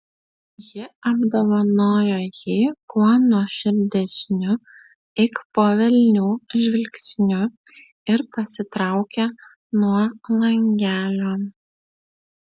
ji apdovanojo jį kuo nuoširdesniu eik po velnių žvilgsniu ir pasitraukė nuo langelio